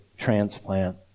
transplant